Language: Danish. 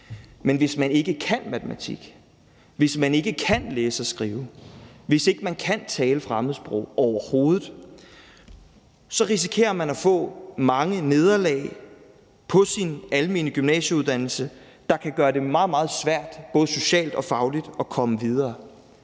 Men hvis man ikke kan matematik, hvis man ikke kan læse og skrive, og hvis man ikke kan tale fremmedsprog overhovedet, risikerer man at få mange nederlag på sin almene gymnasieuddannelse, der kan gøre det meget, meget svært både socialt og fagligt at komme videre.